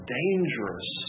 dangerous